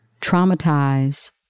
traumatize